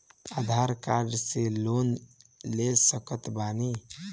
आधार card से loan ले सकत बणी?